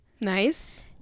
Nice